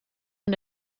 von